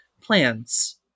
plans